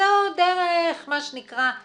זו דרך המלך,